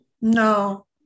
No